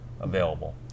available